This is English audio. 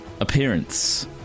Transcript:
appearance